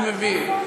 אני מבין.